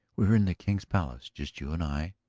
we are in the king's palace, just you and i,